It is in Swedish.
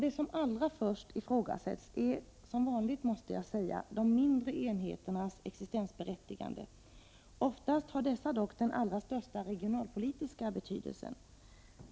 Det som allra först ifrågasätts 93 är—som vanligt, måste jag säga — de mindre enheternas existensberättigande. Oftast har dessa dock den allra största regionalpolitiska betydelsen.